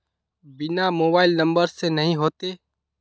बिना mobile number से नहीं होते?